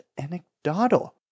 Anecdotal